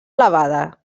elevada